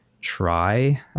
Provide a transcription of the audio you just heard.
try